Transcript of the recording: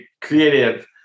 creative